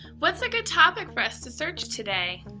what's a good topic for us to search today?